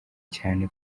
cyane